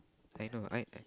I know I I